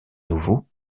nouveau